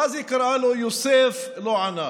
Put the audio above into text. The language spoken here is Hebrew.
ואז היא קראה לו: יוסף, לא ענה,